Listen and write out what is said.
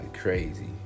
crazy